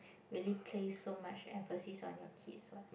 really place so much emphasis on your kids what